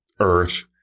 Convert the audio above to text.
Earth